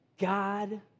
God